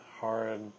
hard